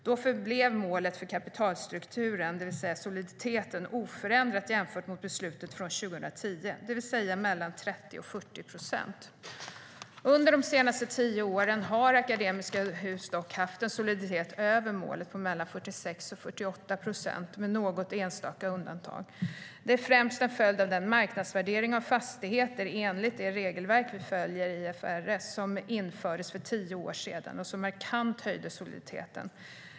Då förblev målet för kapitalstrukturen, soliditeten, oförändrat jämfört med beslutet från 2010, det vill säga mellan 30 och 40 procent. Under de senaste tio åren har Akademiska Hus dock haft en soliditet över målet, på mellan 46 och 48 procent, med något enstaka undantag. Det är främst en följd av den marknadsvärdering av fastigheter, enligt det regelverk vi följer, IFRS, som infördes för tio år sedan och som markant höjde soliditeten.